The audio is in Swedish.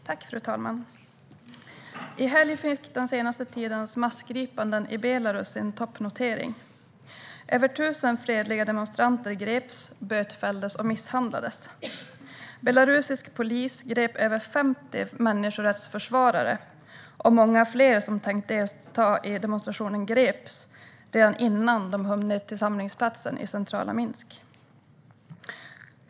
Fru talman! I helgen fick den senaste tidens massgripanden i Belarus en toppnotering när över 1 000 fredliga demonstranter greps, bötfälldes och misshandlades. Belarusisk polis grep över 50 människorättsförsvarare, och många fler som hade tänkt delta i demonstrationen greps redan innan de hunnit till samlingsplatsen i centrala Minsk.